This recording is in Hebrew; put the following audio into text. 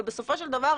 ובסופו של דבר,